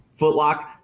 footlock